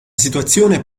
situazione